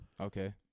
Okay